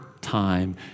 time